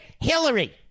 Hillary